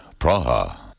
Praha